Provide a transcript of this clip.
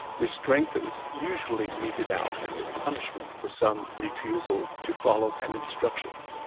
restraint that was usually meted out as a punishment for some refusal to follow an instruction.